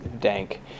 dank